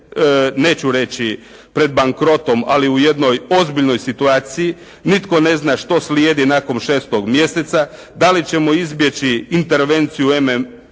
neću reći, pred bankrotom ali u jednoj ozbiljnoj situaciji. Nitko ne zna što slijedi nakon 6. mjeseca? Da li ćemo izbjeći intervenciju MMF-a?